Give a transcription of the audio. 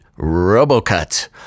Robocut